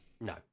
No